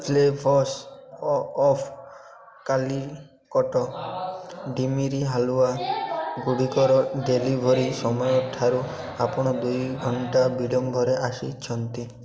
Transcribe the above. ପ୍ଲେଫୋସ୍ ଅଫ୍ କାଲି କଟ ଡ଼ିମିରି ହାଲୁଆଗୁଡ଼ିକର ଡ଼େଲିଭରି ସମୟଠାରୁ ଆପଣ ଦୁଇ ଘଣ୍ଟା ବିଳମ୍ବରେ ଆସିଛନ୍ତି